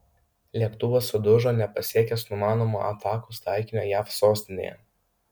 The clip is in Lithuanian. lėktuvas sudužo nepasiekęs numanomo atakos taikinio jav sostinėje